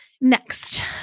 Next